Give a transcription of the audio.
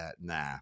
Nah